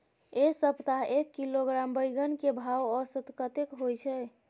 ऐ सप्ताह एक किलोग्राम बैंगन के भाव औसत कतेक होय छै?